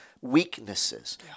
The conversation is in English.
weaknesses